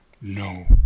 no